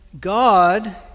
God